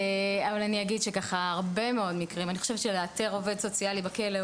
אני חושבת שלאתר עובד סוציאלי בכלא,